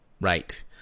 Right